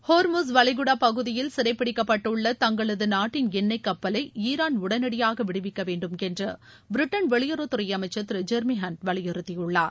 ஹோர்மூஸ் வளைகுடா பகுதியில் சிறைபிடிக்கப்பட்டுள்ள தங்களது நாட்டின் எண்ணெய் கப்பலை ஈரான் உடனடியாக விடுவிக்க வேண்டும் என்று பிரிட்டன் வெளியுறவுத்துறை அமைச்சர் திரு ஜெரிமி ஹண்ட் வலியுறுத்தியுள்ளார்